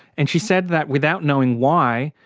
and she said that without knowing why.